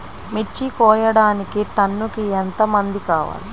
మిర్చి కోయడానికి టన్నుకి ఎంత మంది కావాలి?